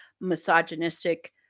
misogynistic